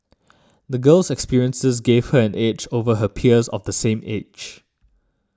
the girl's experiences gave her an edge over her peers of the same age